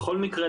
בכל מקרה,